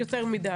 זה לא יותר מדיי.